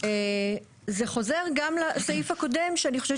זה חוזר גם לסעיף הקודם שאני חושבת